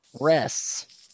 rests